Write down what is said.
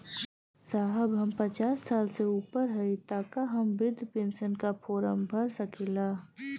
साहब हम पचास साल से ऊपर हई ताका हम बृध पेंसन का फोरम भर सकेला?